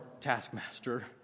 taskmaster